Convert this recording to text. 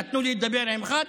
נתנו לי לדבר עם אחד,